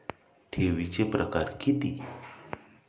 ठेवीचे प्रकार किती?